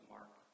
Mark